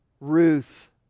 Ruth